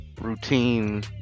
routine